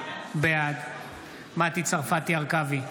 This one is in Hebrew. בעד מטי צרפתי הרכבי,